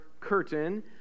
curtain